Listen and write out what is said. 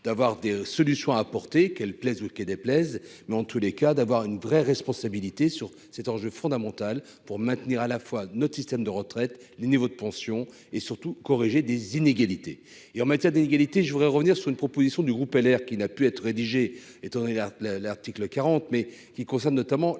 d'avoir des solutions à apporter, qu'elle plaise ou qu'elle déplaise mais en tous les cas, d'avoir une vraie responsabilité sur cet enjeu fondamental pour maintenir à la fois notre système de retraite, les niveaux de pension et surtout corriger des inégalités et en matière d'égalité, je voudrais revenir sur une proposition du groupe LR qui n'a pu être rédigé, étant donné la la l'article, mais qui concernent notamment